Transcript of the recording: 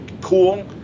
cool